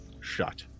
shut